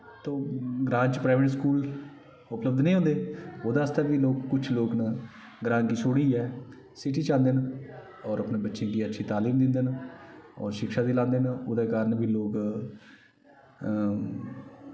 तो ग्रांऽ च private school उपलब्ध निं होंदे ओह्दे आस्तै बी कुछ लोग न ग्रांएं गी छोड़ियै सिटी च आंदे न होर अपने बच्चें गी अच्छी तालिम दिंदे न होर शिक्षा दिलांदे न ओह्दे कारण बी लोग